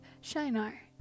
Shinar